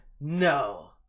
no